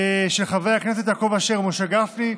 של חברי הכנסת יעקב אשר ומשה גפני,